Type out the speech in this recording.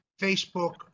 Facebook